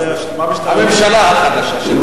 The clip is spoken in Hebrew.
הממשלה החדשה.